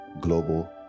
global